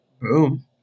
Boom